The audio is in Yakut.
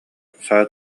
саа